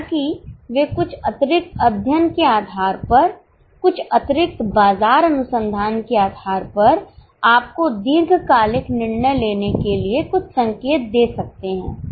हालांकि वे कुछ अतिरिक्त अध्ययन के आधार पर कुछ अतिरिक्त बाजार अनुसंधान के आधार पर आपको दीर्घकालिक निर्णय लेने के लिए कुछ संकेत दे सकते हैं